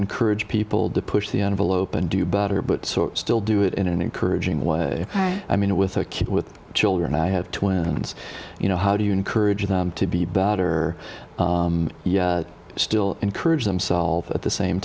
encourage people to push the envelope and do better but still do it in an encouraging way i mean it with a kid with children i have twins you know how do you encourage them to be better yet still encourage themselves at the same